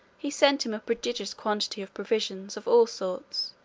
he sent him a prodigious quantity of provisions of all sorts,